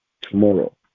Tomorrow